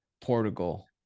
Portugal